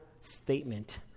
statement